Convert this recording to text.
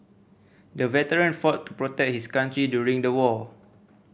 the veteran fought to protect his country during the war